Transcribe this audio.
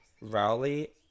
Rowley